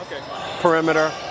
perimeter